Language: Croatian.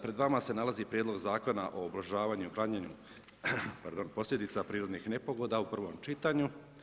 Pred vama se nalazi Prijedlog Zakona o ublažavanju i uklanjanju posljedica prirodnih nepogoda u prvom čitanju.